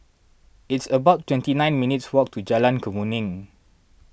it's about twenty nine minutes' walk to Jalan Kemuning